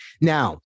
Now